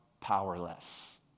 powerless